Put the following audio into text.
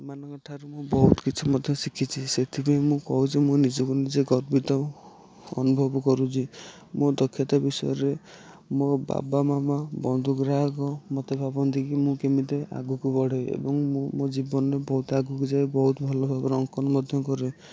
ସେମାନଙ୍କର ଠାରୁ ମୁଁ ବହୁତ କିଛି ମଧ୍ୟ ଶିଖିଛି ସେଥିପାଇଁ ମୁଁ କହୁଛି ମୁଁ ନିଜକୁ ନିଜେ ଗର୍ବିତ ଅନୁଭବ କରୁଛି ମୋ ଦକ୍ଷତା ବିଷୟରେ ମୋ ବାବା ମାମା ବନ୍ଧୁ ଗ୍ରାହାକ ମୋତେ ଭାବନ୍ତି କି ମୁଁ କେମିତି ଆଗକୁ ବଢେ ଏବଂ ମୁଁ ମୋ ଜୀବନରେ ବହୁତ ଆଗକୁ ଯାଏ ବହୁତ ଭଲ ଭାବରେ ଅଙ୍କନ ମଧ୍ୟ କରେ